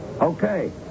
Okay